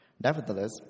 Nevertheless